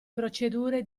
procedure